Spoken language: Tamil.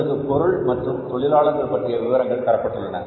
உங்களுக்கு பொருள் மற்றும் தொழிலாளர் பற்றிய விவரங்கள் தரப்பட்டுள்ளன